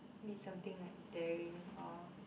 mean something like daring or